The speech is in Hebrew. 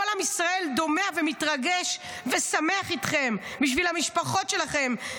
כל עם ישראל דומע ומתרגש ושמח איתכן ובשביל המשפחות שלכן.